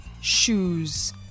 shoes